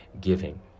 giving